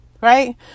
right